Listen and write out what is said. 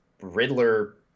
Riddler